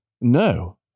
No